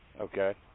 Okay